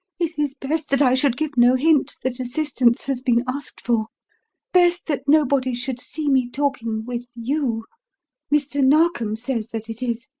it is best that i should give no hint that assistance has been asked for best that nobody should see me talking with you mr. narkom says that it is.